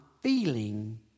feeling